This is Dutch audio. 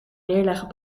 neerleggen